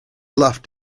laughed